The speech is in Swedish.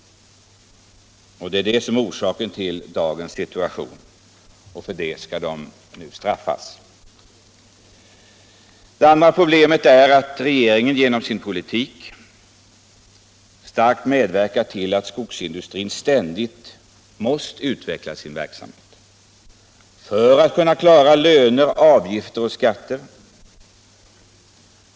Det är det som är orsaken till dagens situation, och för det skall de nu straffas. Det andra problemet är att regeringen genom sin politik starkt medverkat till att skogsindustrin ständigt måst utveckla sin verksamhet för att kunna klara löner, avgifter och skatter.